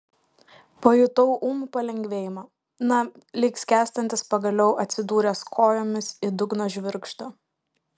pajutau ūmų palengvėjimą na lyg skęstantis pagaliau atsidūręs kojomis į dugno žvirgždą